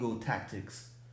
tactics